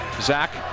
Zach